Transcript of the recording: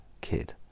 kid